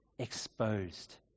exposed